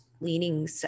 leaning